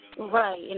Right